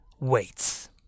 weights